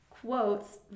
quotes